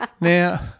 Now